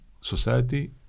society